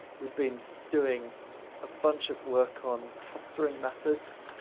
we'd been doing a bunch of work on clustering methods,